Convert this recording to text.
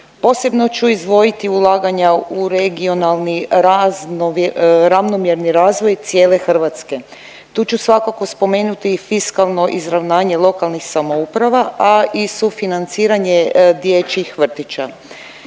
posebno ću izdvojiti ulaganja u regionalni ravnomjerni razvoj cijele Hrvatske, tu ću svakako spomenuti i fiskalno izravnanje lokalnih samouprava, a i sufinanciranje dječjih vrtića,